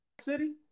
city